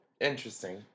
Interesting